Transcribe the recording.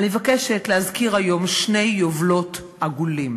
אני מבקשת להזכיר היום שני יובלות עגולים